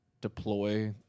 deploy